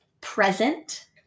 present